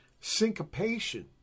Syncopation